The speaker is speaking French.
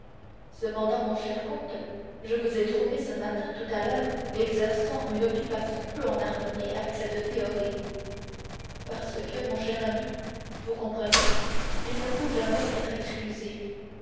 cependant mon cher comte je vous ai trouvé ce matin tout à l'heure exerçant une occupation peu en harmonie avec cette théorie parce que mon cher ami vous comprenez il ne faut jamais être exclusif